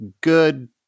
good